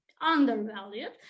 undervalued